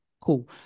Cool